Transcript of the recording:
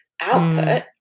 output